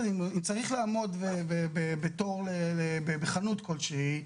אם צריך לעמוד בתור בחנות כלשהי,